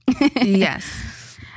Yes